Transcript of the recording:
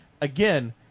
Again